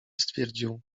stwierdził